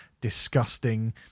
disgusting